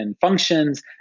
functions